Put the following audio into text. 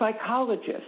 psychologist